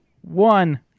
one